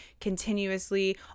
continuously